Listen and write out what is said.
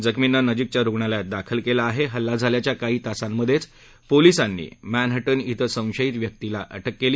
जखमींना नजीकच्या रुग्णालयात दाखल कलि आह उल्ला झाल्याच्या काही तासांमध्य पोलिसानी मॅनहटन इथं संशयित व्यक्तीला अटक क्ली